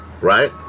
right